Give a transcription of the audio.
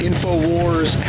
InfoWars